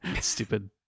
Stupid